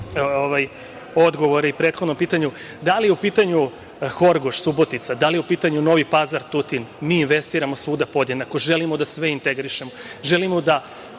odgovor i po prethodnom pitanju, da li je u pitanju Horgoš, Subotica, da li je u pitanju Novi Pazar, Tutin, mi investiramo svuda podjednako, želimo da sve integrišemo. Želimo da